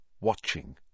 watching